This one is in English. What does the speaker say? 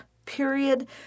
period